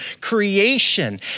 creation